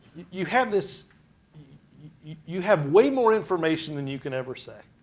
you have this you have way more information than you can ever say.